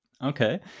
Okay